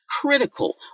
critical